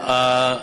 אוסאמה.